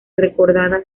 recordada